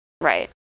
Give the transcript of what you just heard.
right